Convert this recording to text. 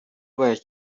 باید